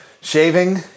shaving